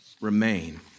remain